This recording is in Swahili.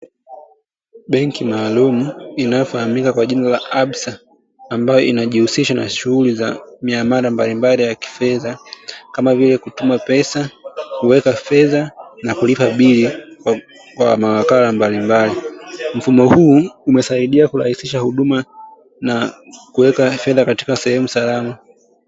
Benki maalumu inayoifahamika kwa jina la absa ambayo inajiusisha na shuguli za mihamala mbalimbali ya kifedha kama vile kutuma pesa, kuweka fedha na kulipa bili kwa mawakala mbalimbali mfumo huu umesahidia kurahisisha huduma na kuweka fedha katika sehemu salama.